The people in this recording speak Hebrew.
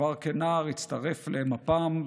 כבר כנער הצטרף למפ"ם,